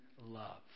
love